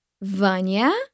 Vanya